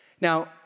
Now